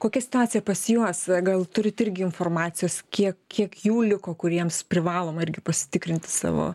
kokia situacija pas juos gal turite irgi informacijos kiek kiek jų liko kuriems privaloma irgi pasitikrinti savo